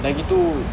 dah gitu